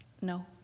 no